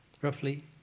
roughly